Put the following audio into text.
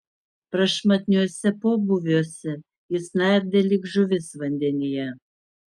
prašmatniuose pobūviuose jis nardė lyg žuvis vandenyje